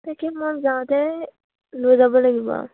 তাকে মই যাওঁতে লৈ যাব লাগিব